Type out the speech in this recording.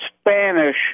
Spanish